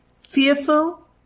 fearful